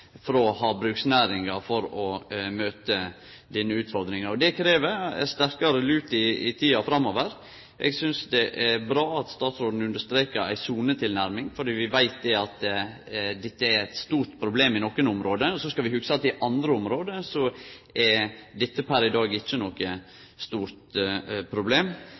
frå havbruksnæringa, for å møte denne utfordringa. Det krev sterkare lut i tida framover. Eg synest det er bra at statsråden strekar under ei sonetilnærming, for vi veit at dette er eit stort problem i nokre område, og så skal vi hugse at i andre område er luseproblematikken per i dag ikkje noko stort problem.